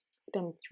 spend